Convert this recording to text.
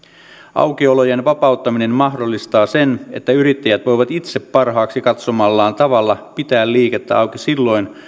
aukiolojen vapauttaminen mahdollistaa sen että yrittäjät voivat itse parhaaksi katsomallaan tavalla pitää liikettä auki silloin